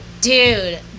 Dude